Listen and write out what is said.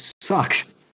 sucks